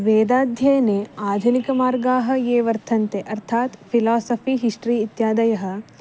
वेदाध्ययने आधुनिकमार्गाः ये वर्तन्ते अर्थात् फ़िलासफ़ि हिस्ट्रि इत्यादयः